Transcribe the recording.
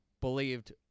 believed